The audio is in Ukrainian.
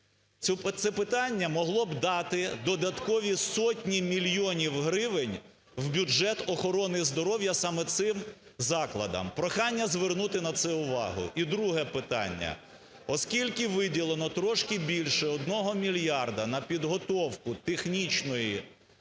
Це питання могло би дати додаткові сотні мільйонів гривень в бюджет охорони здоров'я саме цим закладам. Прохання звернути на це увагу. І друге питання. Оскільки виділено трошки більше 1 мільярда на підготовку технічної освіти,